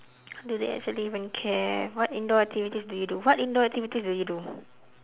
do they actually even care what indoor activities do you do what indoor activities do you do